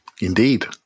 Indeed